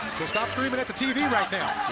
stop screaming at the tv right now.